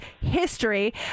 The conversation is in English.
history